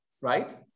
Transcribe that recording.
right